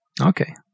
Okay